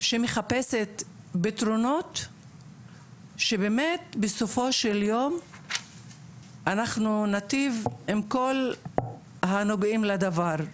שמחפשת פתרונות שבאמת בסופו של יום אנחנו ניטיב עם כל הנוגעים לדבר,